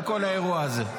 כל האירוע הזה.